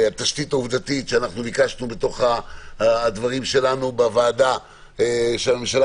התשתית העובדתית שביקשנו בדברים שלנו בוועדה שהממשלה